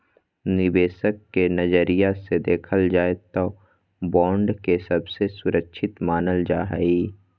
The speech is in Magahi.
निवेशक के नजरिया से देखल जाय तौ बॉन्ड के बहुत सुरक्षित मानल जा हइ